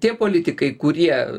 tie politikai kurie